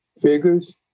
figures